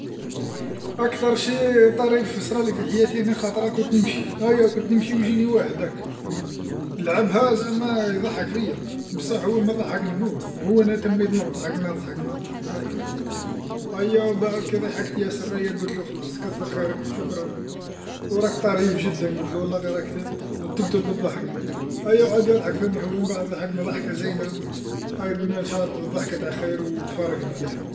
أكثر شي طريف صرالي في حياتي أنا خطره كنت نمشي، أيا كنت نمشي ويجيني واحد هاكا، لعبها زعما يضحك فيا، بصح هو ما ضحكني ما والو، وهو أنا تميت نضحك نضحك نضحك، أيا وبعد كي ضحكت ياسر ايا قلتلو خلاص كثر خيرك وشكرا، وراك طريف جدا، قلتلو والله غير راك ت- تقتل بالضحك، أيا وعاد يضحك ثاني هو من بعد ضحكنا ضحكه زينه، أيا قلنا ان شاء الله تعود ضحكه تاع خير وتفارقنا عليها.